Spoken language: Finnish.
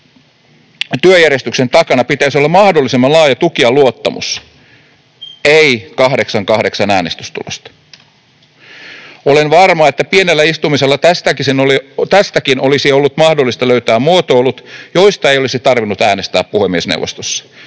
työjärjestyksen, takana pitäisi olla mahdollisimman laaja tuki ja luottamus, ei 8—8-äänestystulos. Olen varma, että pienellä istumisella tästäkin olisi ollut mahdollista löytää muotoilut, joista ei olisi tarvinnut äänestää puhemiesneuvostossa,